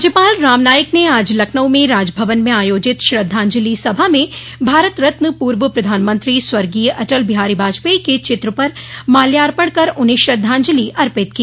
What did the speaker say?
राज्यपाल राम नाईक ने आज लखनऊ में राजभवन में आयोजित श्रद्धांजलि सभा में भारत रत्न पूर्व प्रधानमंत्री स्वर्गीय अटल बिहारी वाजपेई के चित्र पर माल्यार्पण कर उन्हें श्रद्धांजलि अर्पित की